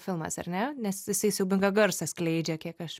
filmas ar ne nes jisai siaubingą garsą skleidžia kiek aš